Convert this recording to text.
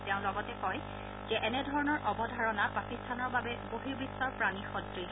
তেওঁ লগতে কয় যে এনেধৰণৰ অৱধাৰণা পাকিস্তানৰ বাবে বৰ্হিবিশ্বৰ প্ৰাণী সদৃশ